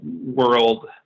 world